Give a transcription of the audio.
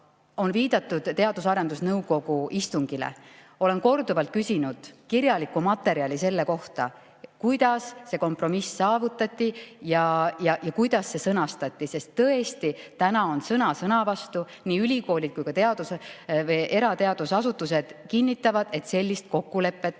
on viidatud Teadus- ja Arendusnõukogu istungile. Olen korduvalt küsinud kirjalikku materjali selle kohta, kuidas see kompromiss saavutati ja kuidas see sõnastati, sest tõesti täna on sõna sõna vastu. Nii ülikoolid kui ka erateadusasutused kinnitavad, et sellist kokkulepet